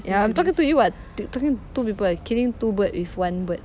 ya I'm talking to you [what] talking to two people eh killing two bird with one bird